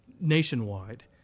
nationwide